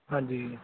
ਹਾਂਜੀ